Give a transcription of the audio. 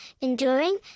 enduring